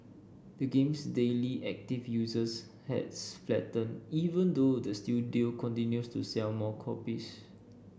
the game's daily active users has flattened even though the studio continues to sell more copies